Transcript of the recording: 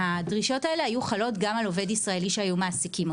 הדרישות האלה היו חלות גם על עובד ישראלי שהיו מעסיקים.